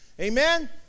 Amen